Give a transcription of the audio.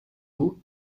eaux